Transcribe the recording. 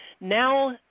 now